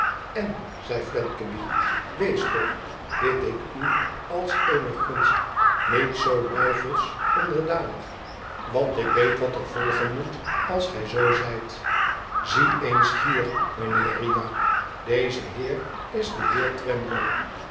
in zei fledgeby i wees toch bid ik u als eene gunst niet zoo duivelsch onderdanig want ik weet wat er volgen moet als gij zoo zijt zie eens hier mijnheer riah deze heer is de heer twemlow